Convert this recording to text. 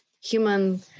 human